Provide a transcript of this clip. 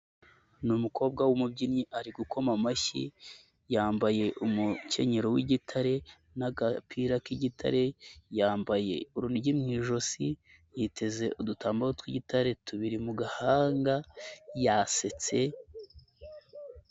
Ni umukobwa w'umubyinnyi ari gukoma amashyi, yambaye umukenyero w'igitare, n'agapira k'igitare, yambaye urunigi mu ijosi, yiteze udutambaro tw'igitare tubiri mu gahanga, yasetse.